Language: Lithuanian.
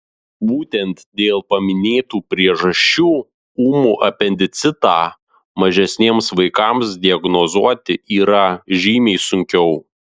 būtent dėl paminėtų priežasčių ūmų apendicitą mažesniems vaikams diagnozuoti yra žymiai sunkiau